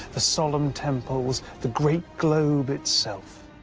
the solemn temples, the great globe itself.